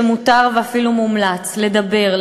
שמותר ואפילו מומלץ לדבר,